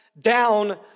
down